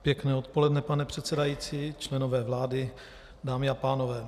Pěkné odpoledne, pane předsedající, členové vlády, dámy a pánové.